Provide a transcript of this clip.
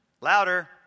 Louder